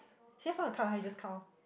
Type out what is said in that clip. she just want to cut her hair cut orh